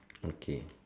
okay